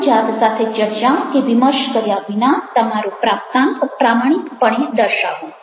તમારી જાત સાથે ચર્ચા કે વિમર્શ કર્યા વિના તમારો પ્રાપ્તાંક પ્રમાણિકપણે દર્શાવો